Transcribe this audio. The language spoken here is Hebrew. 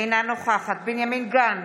אינה נוכחת בנימין גנץ,